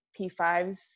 p5s